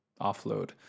Offload